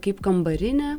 kaip kambarinė